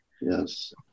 Yes